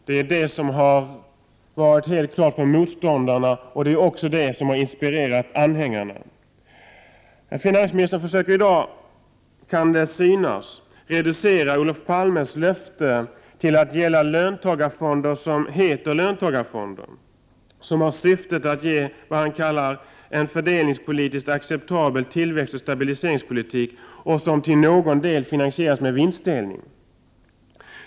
Det har varit helt klart för motståndarna, och det är det som har inspirerat anhängarna. Det kan i dag synas som om finansministern försöker reducera Olof Palmes löfte till att gälla löntagarfonder som heter löntagarfonder och som har syftet att ge en fördelningspolitiskt acceptabel tillväxt och en stabiliseringspolitik som till någon del finansieras med hjälp av vinstdelning.